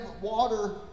Water